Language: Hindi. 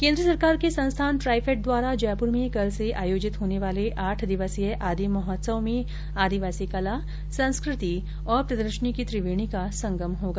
केन्द्र सरकार के संस्थान ट्राइफैड द्वारा जयपुर में कल से आयोजित होने वाले आठ दिवसीय आदि महोत्सव में आदिवासी कला संस्कृति और प्रदर्शनी की त्रिवेणी का संगम होगा